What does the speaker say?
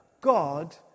God